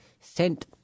sent